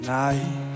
night